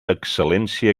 excel·lència